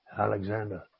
Alexander